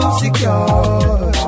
secure